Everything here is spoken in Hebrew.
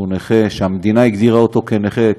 שהמדינה הגדירה אותו נכה,